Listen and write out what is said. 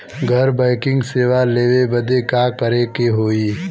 घर बैकिंग सेवा लेवे बदे का करे के होई?